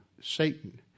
Satan